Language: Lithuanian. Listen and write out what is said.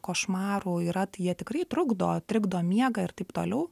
košmarų yra tai jie tikrai trukdo trikdo miegą ir taip toliau